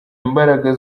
imbaraga